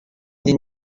din